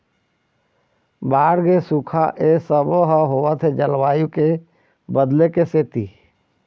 बाड़गे, सुखा ए सबो ह होवत हे जलवायु के बदले के सेती